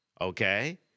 okay